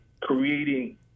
creating